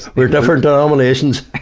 we're different denominations!